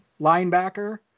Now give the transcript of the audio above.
linebacker